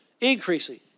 increasing